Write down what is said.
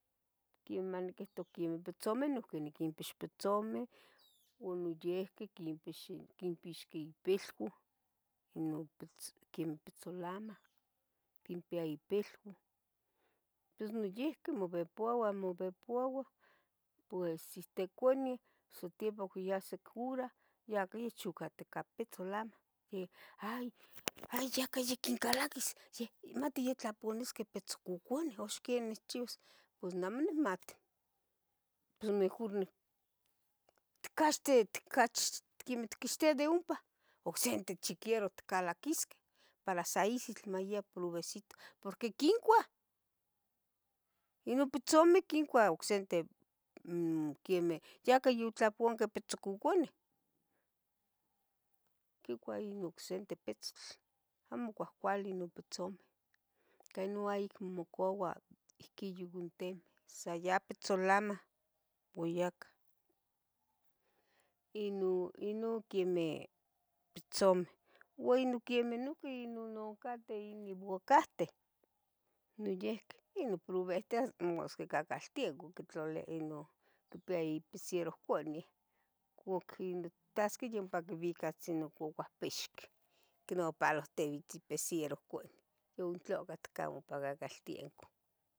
Quenih maniquihto quen pitzomeh noiqui quinpix pitzomeh uan noiqui quinpix oquinpixqueh ipilua inon pitzo queh pitzolamah quinpia ipilua pos noiqui mobepoba, ua mobepoba pues este cuani satepa iyah se cura yachocaticah pitzolamah hay yaquincalaquis yeh inmati yatlaponisqueh pitzococoneh ux quenih itchiuas pos neh amo nimati pos mejor nicaxtich quemeh itquixtia de ompa ocsente chiquero itcalaquisqueh para sa ihitl mai ipobrecito it porque quincuah inon pitzomeh quincuah ocsente umm quemeh yacayonqueh pitzococoneh quicua inocsente pitzontl, amo icuahcuali nonpitzomeh ica inon ayic mamocuaua ihquiyo intemeh sa yah pitzolamah buyacah. ino ino quemeh pitzomeh ua quemeh inoqueh inononcateh inobucahteh noyeque inoprobehteh masquicacaltia coquitlali inon quipia ipiserohconeh cuacquitasqueh yompa cubicatzinon inon cocuahpixqueh icnapalohtibitz ipiserohconeh youtlacat ompa cacaltenco